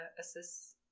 assist